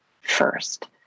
first